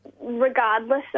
regardless